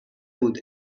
بود